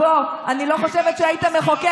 היא הייתה מזכירה בתל אביב באיזה משרד עורכי דין.